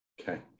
Okay